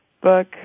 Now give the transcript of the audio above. book